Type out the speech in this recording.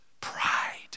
Pride